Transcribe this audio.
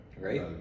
Right